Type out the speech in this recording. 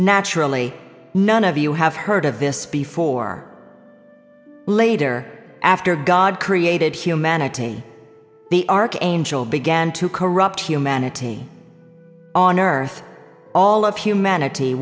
naturally none of you have heard of this before later after god created humanity the archangel began to corrupt humanity on earth all of humanity